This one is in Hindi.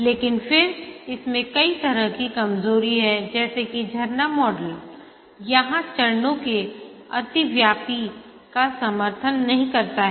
लेकिन फिर इसमें कई तरह की कमजोरी है जैसे कि झरना मॉडल यहां चरणों के अतिव्यापी का समर्थन नहीं करता है